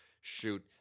shoot